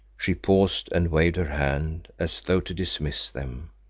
she paused and waved her hand as though to dismiss them,